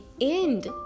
end